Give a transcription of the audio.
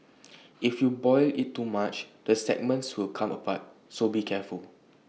if you boil IT too much the segments will come apart so be careful